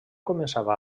començava